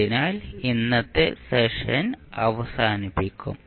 അതിനാൽ ഇന്നത്തെ സെഷൻ അവസാനിപ്പിക്കും